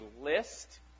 list